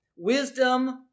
Wisdom